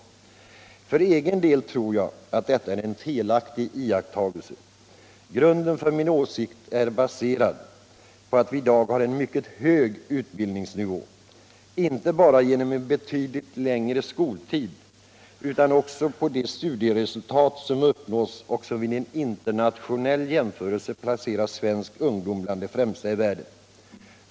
För egen del tror jag att detta är en felaktig iakttagelse. Min åsikt är baserad på att vi i dag har en mycket hög utbildningsnivå, inte bara genom en betydligt längre skoltid utan också med tanke på de studieresultat som uppnås och som vid en internationell jämförelse placerar svensk ungdom bland de främsta i världen.